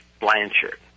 Blanchard